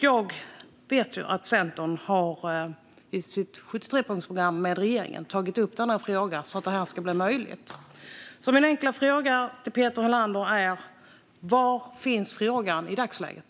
Jag vet att Centern i sitt 73-punktsprogram med regeringen har tagit upp frågan, så att detta ska bli möjligt. Min enkla fråga till Peter Helander är: Var finns frågan i dagsläget?